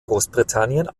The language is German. großbritannien